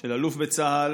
של אלוף בצה"ל,